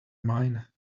mine